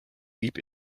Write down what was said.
leap